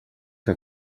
que